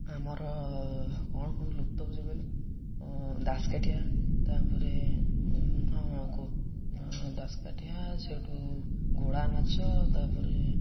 ଆମର କ'ଣ କ'ଣ ଲୁପ୍ତ ହେଊଛି କହିଲେ ଦାସକାଠିଆ ତାପରେ ହଁ ଦାସକାଠିଆ ସେଠୁ ଘୋଡ଼ା ନାଚ ତାପରେ